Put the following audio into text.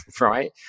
Right